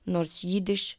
nors jidiš